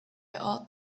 ought